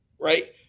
right